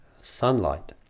sunlight